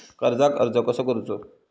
कर्जाक अर्ज कसो करूचो?